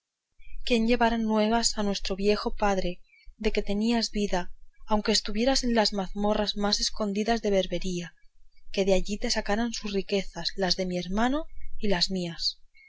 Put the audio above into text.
quién llevara nuevas a nuestro viejo padre de que tenías vida aunque estuvieras en las mazmorras más escondidas de berbería que de allí te sacaran sus riquezas las de mi hermano y las mías